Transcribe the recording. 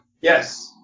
Yes